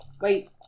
Wait